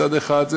מצד אחד,